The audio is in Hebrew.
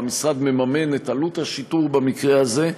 והמשרד מממן את עלות השיטור במקרה הזה.